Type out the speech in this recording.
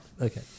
Okay